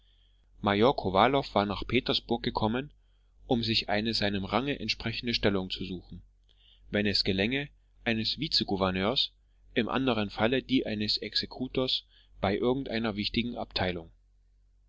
major kowalow war nach petersburg gekommen um sich eine seinem range entsprechende stellung zu suchen wenn es gelänge eines vizegouverneurs im anderen falle die eines exekutors bei irgendeiner wichtigen abteilung